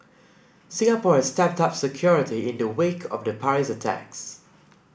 Singapore has stepped up security in the wake of the Paris attacks